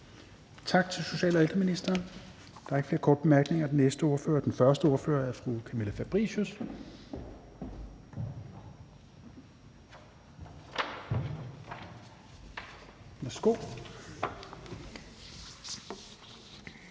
Tak til social- og ældreministeren. Der er ikke flere korte bemærkninger, og den første ordfører er fru Camilla Fabricius. Værsgo.